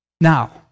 Now